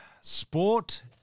Sport